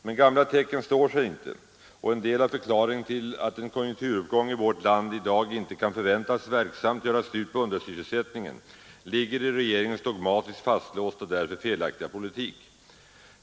Men gamla tecken står sig inte, och en del av förklaringen till att en konjunkturuppgång i vårt land i dag inte kan förväntas verksamt göra slut på undersysselsättningen ligger i regeringens dogmatiskt fastlåsta och därför felaktiga politik.